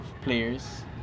players